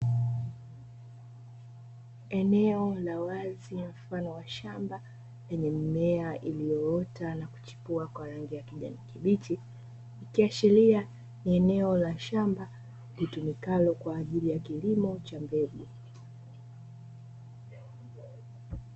Eneo la wazi mfano wa shamba lenye mimea iliyoota na kuchipua kwa rangi ya kijani kibichi, kiashiria ni eneo la shamba litumikalo kwa ajili ya kilimo cha mbegu.